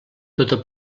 tota